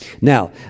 Now